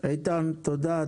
איתן תודה,